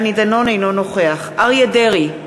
אינו נוכח אריה דרעי,